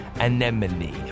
anemone